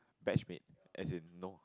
batch mate as in no